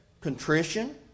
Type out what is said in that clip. contrition